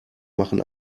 machen